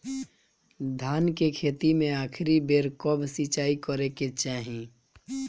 धान के खेती मे आखिरी बेर कब सिचाई करे के चाही?